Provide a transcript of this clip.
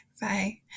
Bye